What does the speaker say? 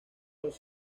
los